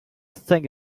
think